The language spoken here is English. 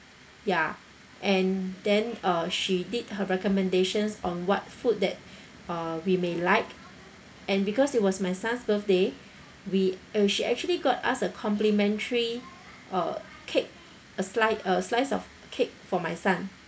ya and then uh she did her recommendations on what food that uh we may like and because it was my son's birthday we uh she actually got us a complimentary uh cake a slight a slice of cake for my son